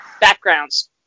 backgrounds